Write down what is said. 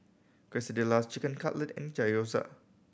Quesadillas Chicken Cutlet and Gyoza